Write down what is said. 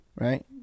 right